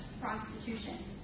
prostitution